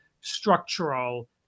structural